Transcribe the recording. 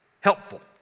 helpful